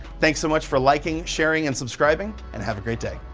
thanks so much for liking, sharing, and subscribing, and have a great day.